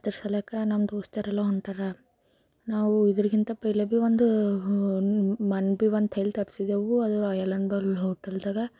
ಅದರ ಸಲಕ್ಕೆ ನಮ್ಮ ದೋಸ್ತಿಯರೆಲ್ಲ ಹೊಂಟಾರೆ ನಾವು ಇದ್ರಕ್ಕಿಂತ ಪೈಲೆ ಭೀ ಒಂದು ಮೊನ್ನೆ ಭೀ ಒಂದು ತರಿಸಿದ್ದೆವು ಅದು ಹೋಟೆಲ್ದಾಗ